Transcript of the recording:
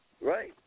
Right